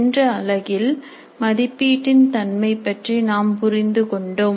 சென்ற அலகில் மதிப்பீட்டின் தன்மை பற்றி நாம் புரிந்து கொண்டோம்